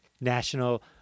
National